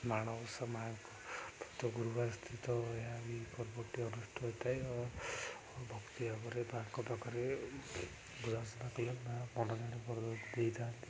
ମାଣବଷା ମାଙ୍କ ବ୍ରତ ଗୁରୁବାର ସ୍ଥିତ ଏହା ବି ପର୍ବଟି ଅନୁଷ୍ଠିତ ହୋଇଥାଏ ଓ ଭକ୍ତି ଭାବରେ ମାଙ୍କ ପାଖରେ ପୂଜାର୍ଚ୍ଚନା କଲେ ମା ମନ ଜାଣି ବର ଦେଇଥାନ୍ତି